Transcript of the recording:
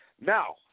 Now